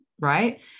Right